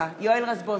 רזבוזוב,